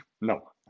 no